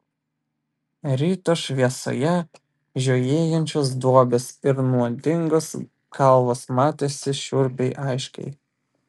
ryto šviesoje žiojėjančios duobės ir nuodingos kalvos matėsi šiurpiai aiškiai